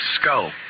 skull